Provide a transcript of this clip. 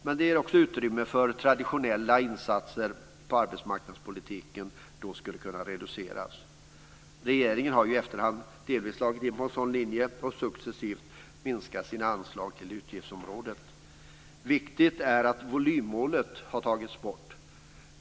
Men det ger också utrymme för att traditionella insatser på arbetsmarknadspolitikens område då skulle kunna reduceras. Regeringen har ju efterhand delvis slagit in på en sådan linje och successivt minskat sina anslag till utgiftsområdet. Viktigt är att volymmålet har tagits bort.